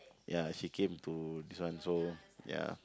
ya she came to this one so ya